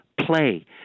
Play